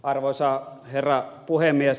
arvoisa herra puhemies